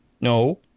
No